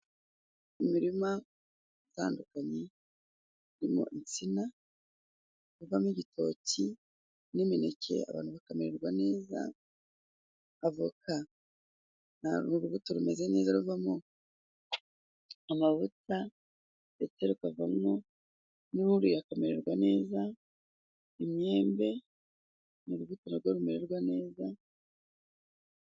imirima itandukanye irimo insina ivamo igitoki n'imineke abantu bakamererwa neza, avoka uru rubuto rumeze neza ruvamo amavuta yaterwagamo umuntu akamererwa neza, imyembe mu rubiko rumererwa neza.